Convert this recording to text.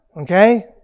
Okay